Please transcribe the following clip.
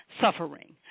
suffering